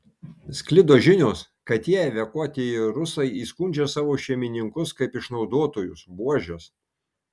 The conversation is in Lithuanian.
sklido žinios kad tie evakuotieji rusai įskundžia savo šeimininkus kaip išnaudotojus buožes